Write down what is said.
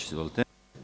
Izvolite.